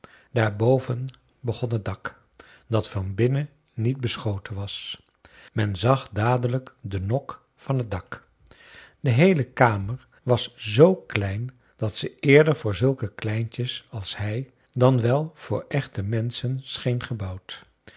daarboven begon het dak dat van binnen niet beschoten was men zag dadelijk de nok van het dak de heele kamer was zoo klein dat ze eerder voor zulke kleintjes als hij dan wel voor echte menschen scheen gebouwd